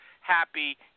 happy